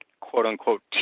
quote-unquote